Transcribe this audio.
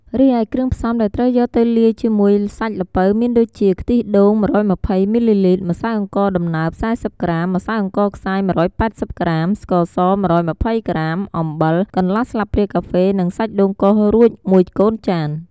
រីឯគ្រឿងផ្សំដែលត្រូវយកទៅលាយជាមួយសាច់ល្ពៅមានដូចជា ខ្ទិះដូង ១២០មីលីលីត្រ ម្សៅអង្ករដំណើប ៤០ក្រាម ម្សៅអង្ករខ្សាយ ១៨០ក្រាម ស្ករស ១២០ក្រាម អំបិល កន្លះស្លាបព្រាកាហ្វេ និងសាច់ដូងកោសរួចមួយកូនចាន។